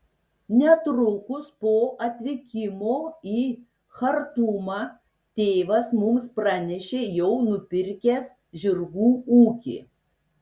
netrukus po atvykimo į chartumą tėvas mums pranešė jau nupirkęs žirgų ūkį